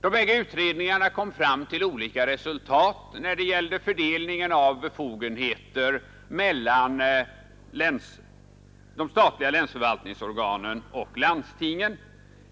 De bägge utredningarna kom fram till olika resultat när det gällde fördelningen av befogenheter mellan de statliga länsförvaltningsorganen och landstingen.